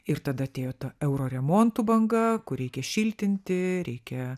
ir tada atėjo ta euro remontų banga kur reikia šiltinti reikia